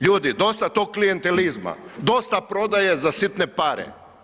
Ljudi, dosta tog klijentelizma, dosta prodaje za sitne pare.